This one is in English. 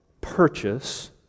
purchase